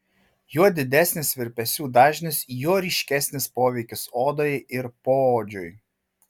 juo didesnis virpesių dažnis juo ryškesnis poveikis odai ir poodžiui